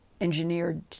engineered